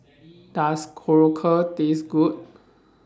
Does Korokke Taste Good